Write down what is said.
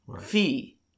fee